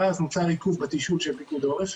ואז נוצר עיכוב בתשאול של פיקוד העורף.